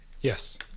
Yes